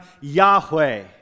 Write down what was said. Yahweh